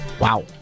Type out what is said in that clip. Wow